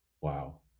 Wow